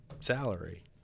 salary